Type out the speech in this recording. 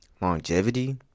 longevity